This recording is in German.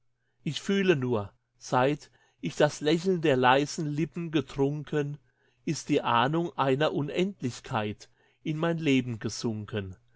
ich fühle nur seit ich das lächeln der leisen lippen getrunken ist die ahnung einer unendlichkeit in mein leben gesunken